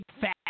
fat